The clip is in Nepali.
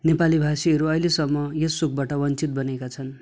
नेपाली भाषीहरू अहिलेसम्म यस सुखबाट वञ्चित बनेका छन्